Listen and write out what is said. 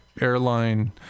airline